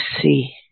see